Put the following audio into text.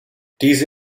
diese